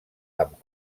amb